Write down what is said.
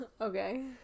Okay